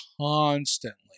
constantly